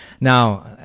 Now